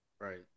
right